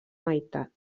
meitat